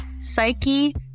Psyche